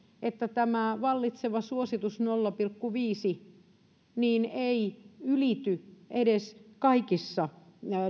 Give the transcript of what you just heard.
että tämä vallitseva suositus nolla pilkku viisi ei ylity edes kaikissa